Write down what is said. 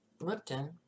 Lipton